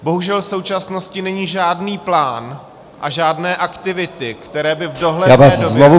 Bohužel v současnosti není žádný plán a žádné aktivity, které by v dohledné době